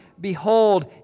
behold